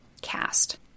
cast